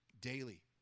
Daily